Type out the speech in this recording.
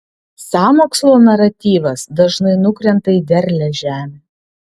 sąmokslo naratyvas dažnai nukrenta į derlią žemę